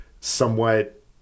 somewhat